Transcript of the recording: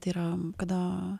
tai yra kada